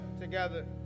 together